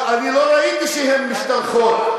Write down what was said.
אני לא ראיתי שהן משתלחות.